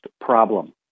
problem